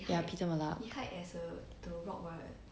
ya peeta mellark